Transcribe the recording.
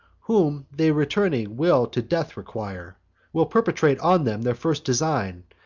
whom they returning will to death require will perpetrate on them their first design,